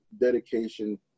dedication